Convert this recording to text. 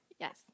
Yes